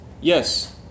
yes